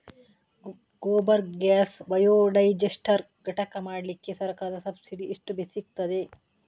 Gobar gas biodigester ಘಟಕ ಮಾಡ್ಲಿಕ್ಕೆ ಸರ್ಕಾರದ ಸಬ್ಸಿಡಿ ಎಷ್ಟು ಸಿಕ್ತಾದೆ?